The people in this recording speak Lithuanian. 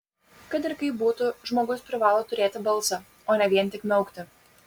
kad ir kaip būtų žmogus privalo turėti balsą o ne vien tik miaukti